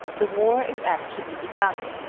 the war is actually begun!